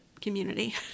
community